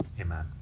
Amen